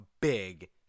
big